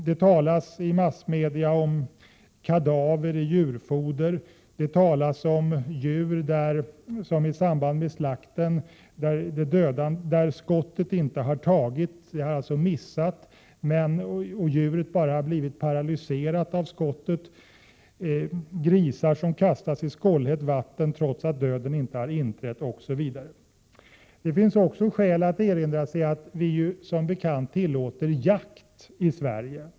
Det talas i massmedia om kadaver i djurfoder, om att skott inte har tagit i samband med slakten och att djuren har blivit paralyserade, om att grisar kastas i skållhett vatten, trots att döden inte har inträtt, osv. Det finns också skäl att erinra om att vi som bekant tillåter jakt i Sverige.